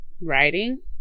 writing